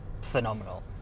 phenomenal